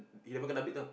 you never kena beat tau